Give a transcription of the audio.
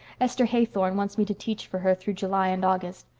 esther haythorne wants me to teach for her through july and august.